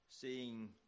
seeing